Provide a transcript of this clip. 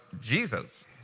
Jesus